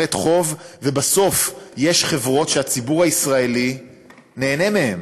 ובסוף יש חברות שהציבור הישראלי נהנה מהן,